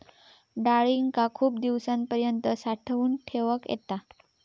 डाळींका खूप दिवसांपर्यंत साठवून ठेवक येता